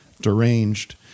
deranged